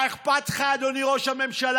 מה אכפת לך, אדוני ראש הממשלה,